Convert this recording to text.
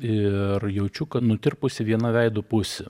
ir jaučiu kad nutirpusi viena veido pusė